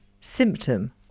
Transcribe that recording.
symptom